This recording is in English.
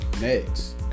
next